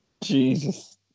jesus